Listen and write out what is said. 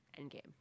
Endgame